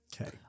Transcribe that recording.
Okay